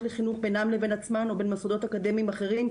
לחינוך בינן לבין עצמן או בין מוסדות אקדמיים אחרים,